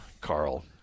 Carl